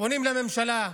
פונים לממשלה,